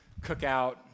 cookout